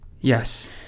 Yes